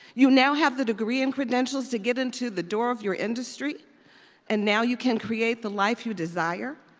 you now have the degree and credentials to get into the door of your industry and now you can create the life you desire.